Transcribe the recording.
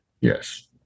Yes